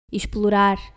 explorar